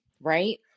right